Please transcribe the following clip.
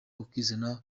ukizana